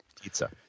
pizza